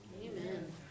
Amen